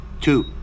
two